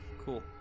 Cool